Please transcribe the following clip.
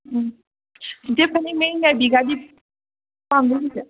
ꯎꯝ ꯆꯤꯆꯦ ꯐꯅꯦꯛ ꯃꯌꯦꯛ ꯅꯥꯏꯕꯤꯒꯗꯤ ꯄꯥꯝꯗ꯭ꯔꯣ ꯆꯤꯆꯦ